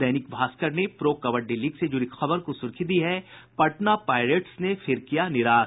दैनिक भास्कर ने pro kabaddi league से जुड़ी खबर को सुर्खी दी है पटना पायरेट्स ने फिर किया निराश